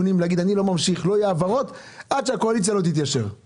לכן צריך להצביע בעד הרוויזיה ולאפשר את זה.